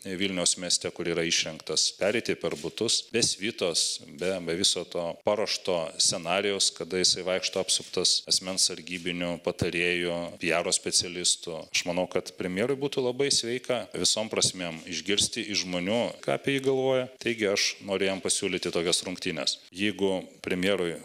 vilniaus mieste kur yra išrinktas pereiti per butus be svitos be be viso to paruošto scenarijaus kada jisai vaikšto apsuptas asmens sargybinių patarėjų piaro specialistų aš manau kad premjerui būtų labai sveika visom prasmėm išgirsti iš žmonių ką apie jį galvoja taigi aš noriu jam pasiūlyti tokias rungtynes jeigu premjerui